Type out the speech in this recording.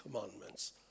commandments